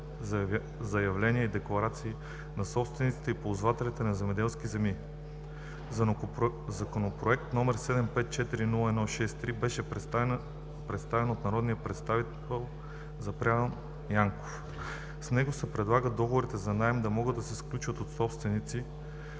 заявления и декларации на собствениците и ползвателите на земеделските земи. Законопроект № 754-01-63 беше представен от народния представител Запрян Янков. С него се предлага договори за наем да могат да се сключват от собственик,